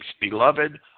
beloved